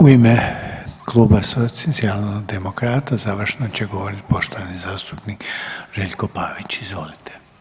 U ime kluba Socijaldemokrata završno će govoriti poštovani zastupnik Željko Pavić, izvolite.